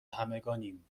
همگانیم